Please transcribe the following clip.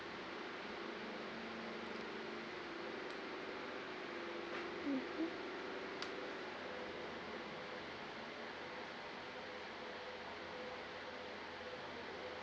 mmhmm